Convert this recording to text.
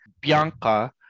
Bianca